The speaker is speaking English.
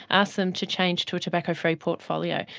ask them to change to a tobacco-free portfolio.